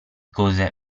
cose